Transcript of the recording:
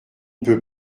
peut